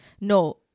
No